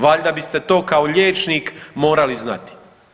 Valjda biste to kao liječnik morali znati.